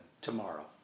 tomorrow